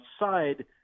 outside